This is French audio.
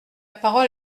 parole